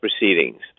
proceedings